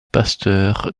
pasteur